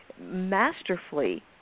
masterfully